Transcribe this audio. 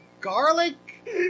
garlic